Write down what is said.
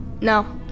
No